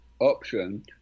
option